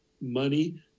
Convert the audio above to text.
money